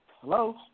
Hello